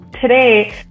Today